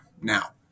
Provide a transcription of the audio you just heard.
now